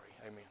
Amen